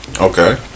Okay